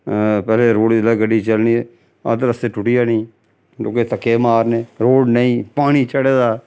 पैह्लैं रोड़ जिसलै गड्डी चलनी अद्ध रस्ते च टुट्टी जानी लोकें धक्के मारने रोड़ नेईं पानी चढ़े दा